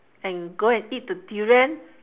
and go and eat the durian